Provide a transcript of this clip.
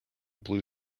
blue